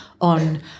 on